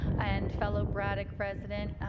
and fellow braddock resident,